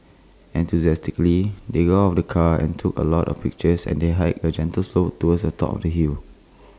enthusiastically they got out of the car and took A lot of pictures and they hiked A gentle slope towards the top of the hill